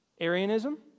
Arianism